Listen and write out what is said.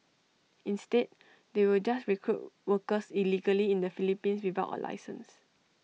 instead they will just recruit workers illegally in the Philippines without A licence